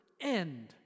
end